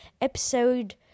Episode